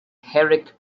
herrick